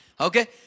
Okay